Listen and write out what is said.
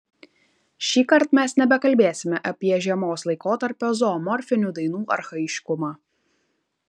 šįkart mes nebekalbėsime apie žiemos laikotarpio zoomorfinių dainų archaiškumą